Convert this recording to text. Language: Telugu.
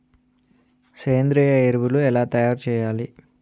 సేంద్రీయ ఎరువులు ఎలా తయారు చేయాలి?